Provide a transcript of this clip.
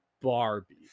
Barbie